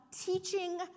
teaching